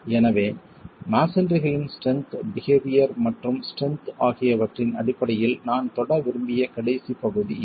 எனவே மஸோன்றிகளின் strength behaviour மற்றும் ஸ்ட்ரென்த் ஆகியவற்றின் அடிப்படையில் நான் தொட விரும்பிய கடைசி பகுதி இது